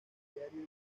diario